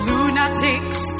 Lunatics